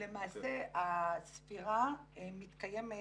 אז למעשה הספירה מתקיימת